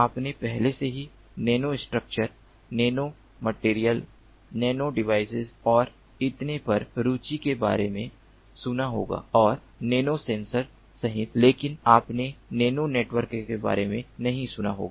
आपने पहले से ही nanostructure nano material nano devices और इतने पर रुचि के बारे में सुना होगा और नैनोसेंसर सहित लेकिन आपने नैनो नेटवर्क के बारे में नहीं सुना होगा